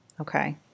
Okay